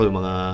mga